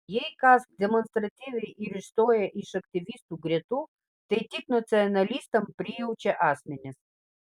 jei kas demonstratyviai ir išstojo iš aktyvistų gretų tai tik nacionalistams prijaučią asmenys